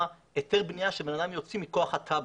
היתר הבנייה שבן אדם יוציא מכוח התב"ע.